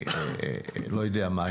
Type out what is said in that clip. או לא יודע מי,